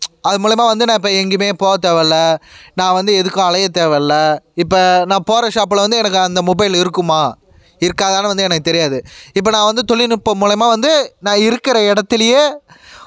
அது மூலிமா வந்து நான் இப்போ எங்கேயுமே போக தேவையில்ல நான் வந்து எதுக்கும் அலைய தேவையில்ல இப்போ நான் போகிற ஷாப்பில் வந்து எனக்கு அந்த மொபைல் இருக்குமா இருக்காதானு வந்து எனக்கு தெரியாது இப்போ நான் வந்து தொழில்நுட்பம் மூலிமா வந்து நான் இருக்கிற இடத்துலியே